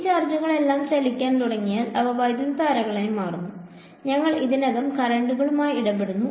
ആ ചാർജുകളെല്ലാം ചലിക്കാൻ തുടങ്ങിയാൽ അവ വൈദ്യുതധാരകളായി മാറുന്നു ഞങ്ങൾ ഇതിനകം കറന്റുകളുമായി ഇടപെടുന്നു